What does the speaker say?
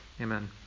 Amen